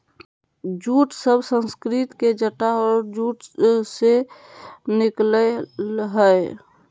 jute शब्द संस्कृत के जटा और जूट से निकल लय हें